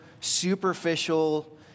superficial